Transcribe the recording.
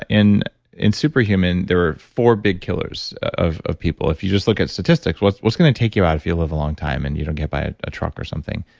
in in superhuman, there were four big killers of of people. if you just look at statistics, what's what's going to take you out if you live a long time and you don't get hit by ah a truck or something?